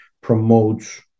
promotes